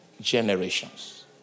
generations